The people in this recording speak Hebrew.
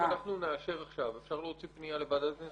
אם אנחנו נאשר עכשיו אפשר להוציא פנייה לוועדת הכנסת.